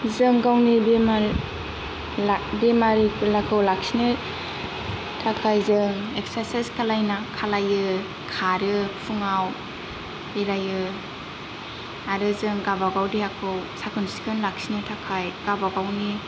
जों गावनि बेमार ला बेमारि बेलाखौ लाखिनो थाखाय जों एक्सारसाइस खालायना खालायो खारो फुङाव बेरायो आरो जों गावबागाव देहाखौ साखोन सिखोन लाखिनो थाखाय गावबागावनि